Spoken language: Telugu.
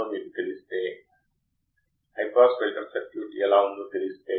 కాబట్టి నా Vin V కన్నా ఎక్కువగా ఉన్నప్పుడు అవుట్పుట్ ప్రతికూలంగా ఉంటుంది